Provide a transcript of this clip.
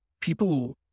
people